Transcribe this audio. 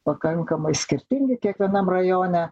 pakankamai skirtingi kiekvienam rajone